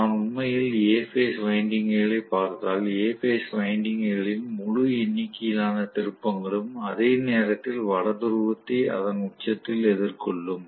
நான் உண்மையில் A phase வைண்டிங்க்குகளை பார்த்தால் A பேஸ் வைண்டிங்குகளின் முழு எண்ணிக்கையிலான திருப்பங்களும் அதே நேரத்தில் வட துருவத்தை அதன் உச்சத்தில் எதிர்கொள்ளும்